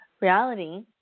reality